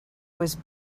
was